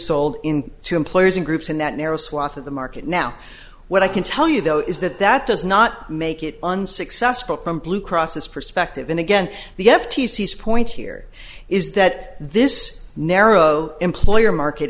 sold in to employees in groups in that narrow swath of the market now what i can tell you though is that that does not make it unsticks suspect from blue cross this perspective and again the f t c is point here is that this narrow employer market